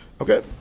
Okay